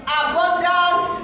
abundant